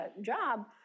job